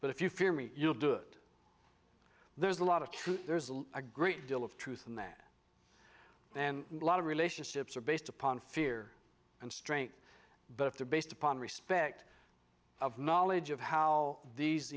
but if you fear me you'll do it there's a lot of truth there's a lot a great deal of truth in that and lot of relationships are based upon fear and strength but if they're based upon respect of knowledge of how these